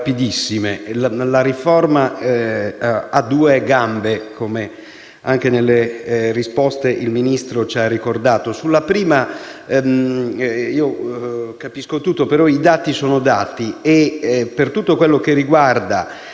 rapidissime. La riforma ha due gambe, come anche nella sua risposta il Ministro ci ha ricordato. Sulla prima io capisco tutto, però i dati sono dati. Per tutto quello che riguarda